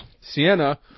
Sienna